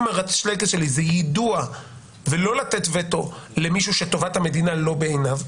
אם השלייקס שלי זה יידוע ולא לתת וטו למישהו שטובת המדינה לא בעיניו,